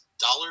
dollar